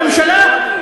אתם הממשלה?